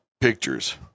pictures